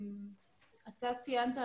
אתה ציינת,